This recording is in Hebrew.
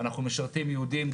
אנחנו משרתים יהודים,